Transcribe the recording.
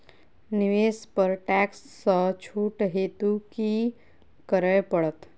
निवेश पर टैक्स सँ छुट हेतु की करै पड़त?